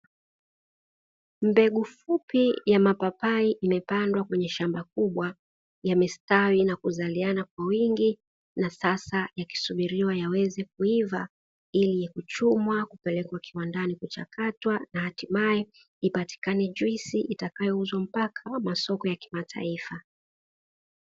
Mbegu fupi ya mapapai imepandwa kwenye shamba kubwa la mistari na kuzaliana kwa wingi na sasa yakisubiriwa yaweze kuiva, ili kuchumwa kupelekwa kiwandani kuchakatwa na hatimaye ipatikane juisi itakayouzwa mpaka masoko ya kimataifa.